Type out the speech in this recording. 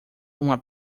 uma